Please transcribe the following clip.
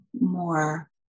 more